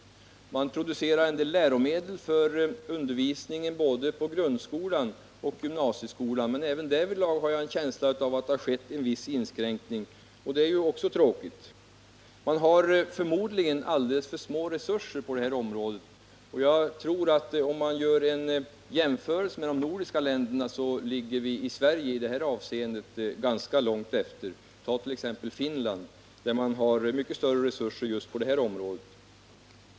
En del läromedel produceras visserligen för undervisningen i både grundskolan och gymnasieskolan, men även därvidlag har jag en känsla av att det har skett en viss inskränkning. Detta är också tråkigt. Förmodligen är resurserna på det här området alldeles för små. Jag tror att en jämförelse mellan de olika nordiska länderna skulle visa att Sverige i detta avseende ligger ganska långt efter de övriga. Finland har t.ex. mycket större resurser på området.